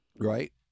Right